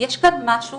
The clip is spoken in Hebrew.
יש כאן משהו